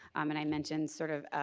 and i mentioned sort of,